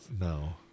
No